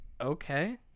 okay